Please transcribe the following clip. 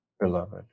beloved